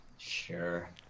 Sure